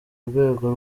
rwego